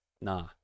nah